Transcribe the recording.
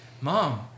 mom